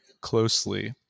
closely